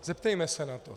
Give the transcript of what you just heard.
Zeptejme se na to.